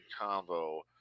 combo